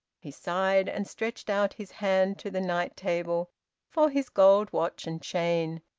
he sighed, and stretched out his hand to the night-table for his gold watch and chain,